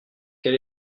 quel